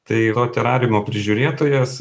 tai to terariumo prižiūrėtojas